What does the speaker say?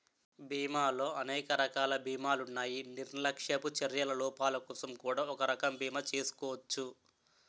బీమాలో అనేక రకాల బీమాలున్నాయి నిర్లక్ష్యపు చర్యల లోపాలకోసం కూడా ఒక రకం బీమా చేసుకోచ్చు